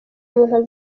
umuntu